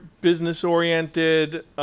business-oriented